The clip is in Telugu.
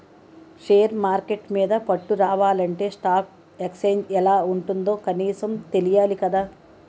షేర్ మార్కెట్టు మీద పట్టు రావాలంటే స్టాక్ ఎక్సేంజ్ ఎలా ఉంటుందో కనీసం తెలియాలి కదా